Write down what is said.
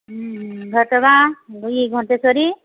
ଉଁ ଘଟ ଗାଁ ଇ ଘଣ୍ଟେଶ୍ୱରୀ